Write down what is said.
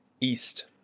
East